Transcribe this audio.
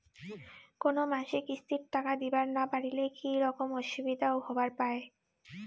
কোনো মাসে কিস্তির টাকা দিবার না পারিলে কি রকম অসুবিধা হবার পায়?